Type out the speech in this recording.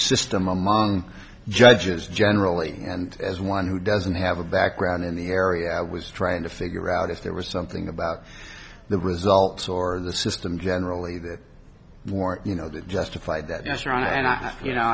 system among judges generally and as one who doesn't have a background in the area i was trying to figure out if there was something about the results or the system generally the more you know that justified that answer and i you know